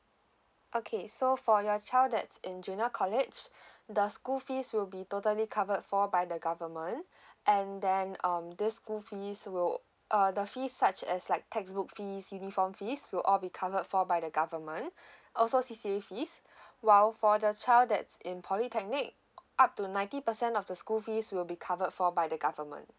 okay so for your child that's in junior college the school fees will be totally covered for by the government and then um this school fees will uh the fees such as like textbook fees uniform fees will all be covered for by the government also C_C_A fees while for the child that's in polytechnic up to ninety percent of the school fees will be covered for by the government